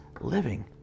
living